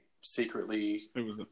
secretly